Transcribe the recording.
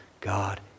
God